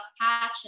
patch